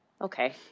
Okay